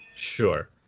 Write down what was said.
Sure